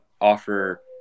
offer